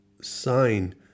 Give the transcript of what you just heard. sign